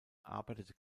arbeitete